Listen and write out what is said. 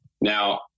Now